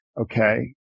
okay